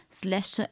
slash